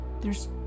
there's-